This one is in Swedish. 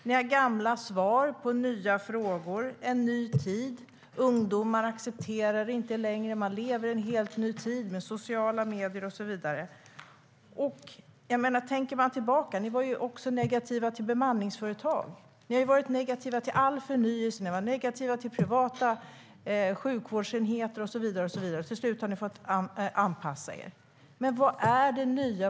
Ni har gamla svar på nya frågor från ungdomar som i dag lever i en helt ny tid med sociala medier och så vidare. Vad är det nya?